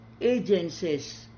agencies